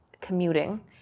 commuting